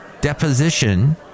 deposition